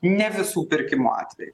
ne visų pirkimų atveju